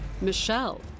Michelle